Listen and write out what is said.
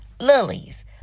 Lilies